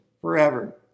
forever